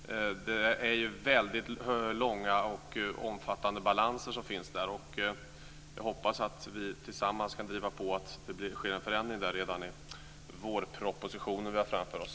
Det är väldigt långa och omfattande balanser där. Jag hoppas att vi tillsammans kan driva på så att det sker en förändring där redan i den vårproposition vi har framför oss.